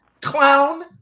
clown